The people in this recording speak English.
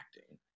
acting